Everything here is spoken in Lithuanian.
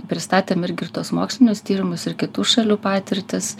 pristatėm irgi ir tuos mokslinius tyrimus ir kitų šalių patirtis